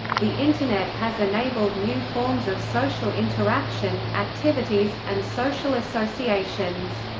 the internet has enabled new forms of social interaction, activities, and social associations.